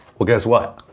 well guess what?